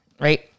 right